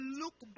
look